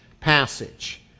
passage